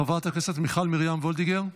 חברת הכנסת מיכל מרים וולדיגר,